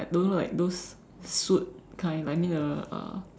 don't know like those suit kind I mean the uh